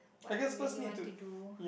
what you really want to do